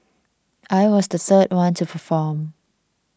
I was the third one to perform